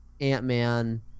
Ant-Man